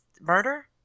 murder